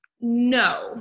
No